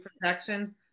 protections